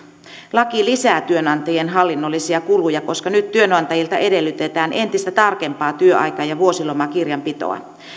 laki lisää työnantajien hallinnollisia kuluja koska nyt työnantajilta edellytetään entistä tarkempaa työaika ja vuosilomakirjanpitoa